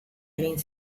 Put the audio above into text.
egin